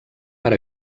per